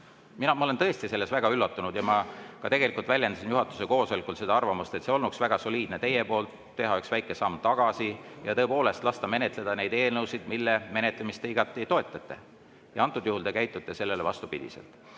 Ma olen tõesti väga üllatunud. Ja ma tegelikult väljendasin juhatuse koosolekul arvamust, et olnuks väga soliidne teie poolt teha üks väike samm tagasi ja lasta menetleda neid eelnõusid, mille menetlemist te igati toetate. Antud juhul te käitute vastupidiselt.